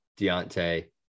Deontay